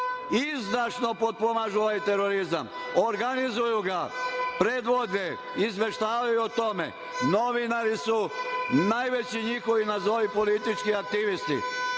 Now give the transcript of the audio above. izdašno potpomažu ovaj terorizam. Organizuju ga, predvode, izveštavaju o tome. Novinari su najveći njihovi nazovi politički aktivisti.